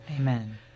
Amen